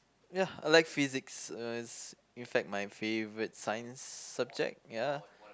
ya I like Physics it's in fact my favorite Science subject ya